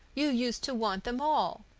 you used to want them all.